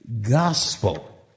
gospel